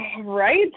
right